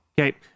okay